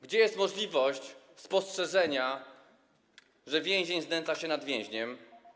Gdzie jest możliwość spostrzeżenia, że więzień znęca się nad więźniem?